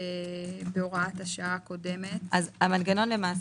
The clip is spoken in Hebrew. הוראת שעה לשנת הכספים 20252. בשנת